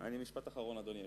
משפט אחרון, אדוני היושב-ראש,